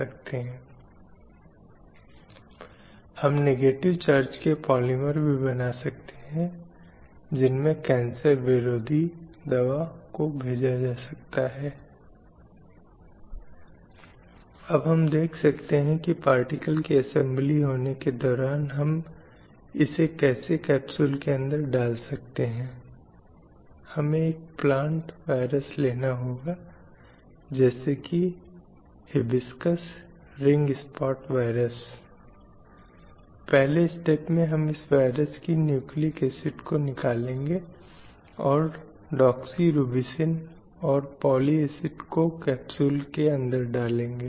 लेकिन कहीं न कहीं सामाजिक धारणा या सामाजिक रूढ़िवादिता ने पूरी प्रक्रिया का अतिसामान्यीकरण कर दिया है जहाँ यह महसूस किया जाता है कि यह एक आदमी का काम है और यह एक स्त्रैण काम है इसलिए तो अगर मैं खाना पकाने की बात करूँ एक बच्चे के पालन पोषण की बात करूँ तो तुरंत जो हमारे दिमाग में आता है वह है कि यह एक स्त्रैण कर्तव्य यह एक स्त्रैण विशेषता है क्योंकि यह स्वाभाविक रूप से महिलाओं में है